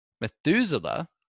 Methuselah